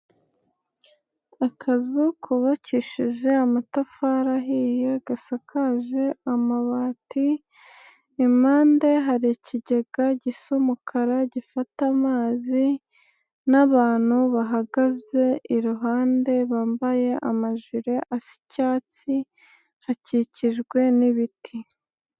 Akazu kubakishije amatafari ahiye gasakaje amabati, impande hari ikigega gisa umukara gifata amazi n'abantu bahagaze iruhande bambaye amajire asa icyatsi akikijwe n'ibiti.